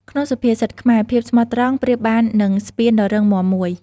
ក្នុងសុភាសិតខ្មែរ ភាពស្មោះត្រង់ប្រៀបបាននឹងស្ពានដ៏រឹងមាំមួយ។